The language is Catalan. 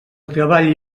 treball